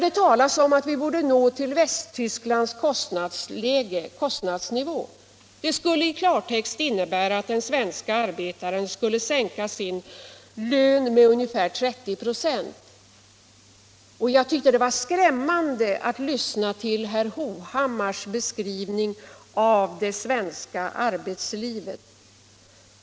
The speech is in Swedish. Det talas om att vi borde komma ned till Västtysklands kostnadsnivå, vilket i klartext skulle innebära att den svenska arbetaren skulle sänka sin lön med ungefär 30 96. Det var skrämmande att lyssna på herr Hovhammars beskrivning av det svenska arbetslivet.